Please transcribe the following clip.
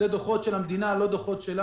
זה על פי דוחות של המדינה, לא דוחות שלנו.